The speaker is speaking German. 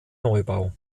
neubau